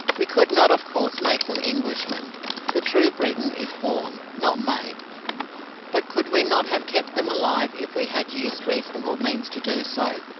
we could not, of course, make them englishmen the true briton is born, not made but could we not have kept them alive if we had used reasonable means to do so?